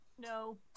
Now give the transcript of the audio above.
No